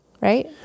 right